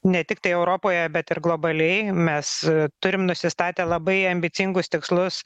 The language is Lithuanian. ne tiktai europoje bet ir globaliai mes turim nusistatę labai ambicingus tikslus